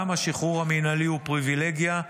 גם השחרור המינהלי הוא פריבילגיה,